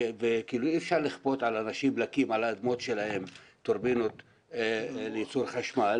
אי אפשר לכפות על אנשים להקים על האדמות שלהם טורבינות לייצור חשמל.